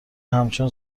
همچون